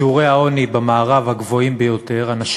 שיעורי העוני הם הגבוהים ביותר במערב,